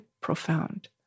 profound